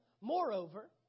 Moreover